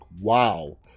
wow